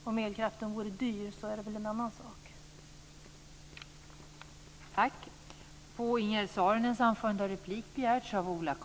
Om elkraften vore dyr vore det väl en annan sak.